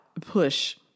push